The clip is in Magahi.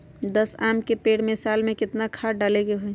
दस आम के पेड़ में साल में केतना खाद्य डाले के होई?